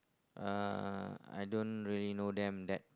uh I don't really know them that